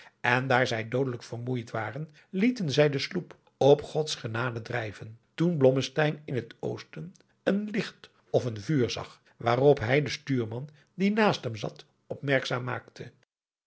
en daar zij doodelijk vermoeid waren lieten zij de sloep op gods genade drijven toen blommesteyn in het oosten een licht of een vuur zag waarop hij den stuurman die naast hem zat opmerkzaam maakte